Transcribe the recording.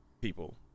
people